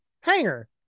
hanger